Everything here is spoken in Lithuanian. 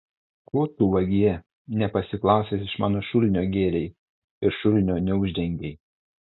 ko tu vagie nepasiklausęs iš mano šulinio gėrei ir šulinio neuždengei